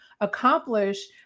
accomplish